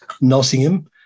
Nottingham